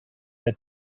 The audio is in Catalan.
que